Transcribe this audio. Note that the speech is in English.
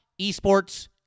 esports